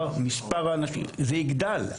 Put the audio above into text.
זה יגדל.